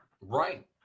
Right